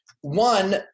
one